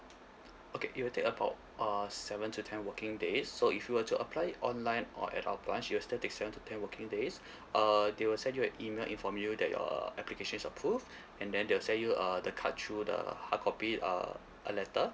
okay it will take about uh seven to ten working days so if you were to apply online or at our branch it will still take seven to ten working days uh they will send you an email inform you that your application is approved and then they'll send you uh the card through the hardcopy uh a letter